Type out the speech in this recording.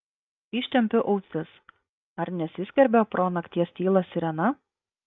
ištempiu ausis ar nesiskverbia pro nakties tylą sirena